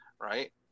right